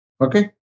Okay